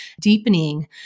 Deepening